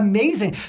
Amazing